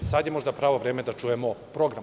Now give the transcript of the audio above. Sad je možda pravo vreme da čujemo program.